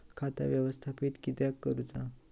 खाता व्यवस्थापित किद्यक करुचा?